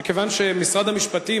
שכיוון שמשרד המשפטים,